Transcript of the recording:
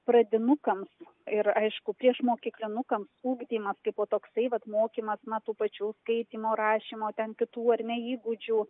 pradinukams ir aišku priešmokyklinukams ugdymas kaipo toksai vat mokymas na tų pačių skaitymo rašymo ten ar ne įgūdžių